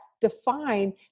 define